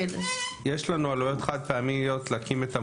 יש לנו עלויות חד-פעמיות להקים את המוקד.